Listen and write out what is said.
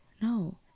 no